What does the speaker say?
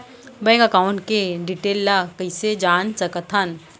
Bank account के detail ल कइसे जान सकथन?